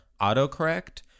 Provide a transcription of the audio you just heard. Autocorrect